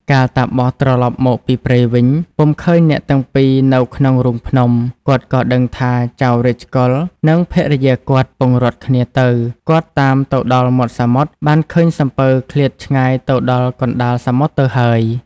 កាលតាបសត្រឡប់មកពីព្រៃវិញ ពុំឃើញអ្នកទាំងពីរនៅក្នុងរូងភ្នំ គាត់ក៏ដឹងថាចៅ រាជកុលនិងភរិយាគាត់ ពង្រត់គ្នាទៅ គាត់តាមទៅដល់មាត់សមុទ្រ បានឃើញសំពៅឃ្លាតឆ្ងាយទៅដល់កណ្តាលសមុទ្រទៅហើយ ។